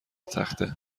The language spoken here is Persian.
تخته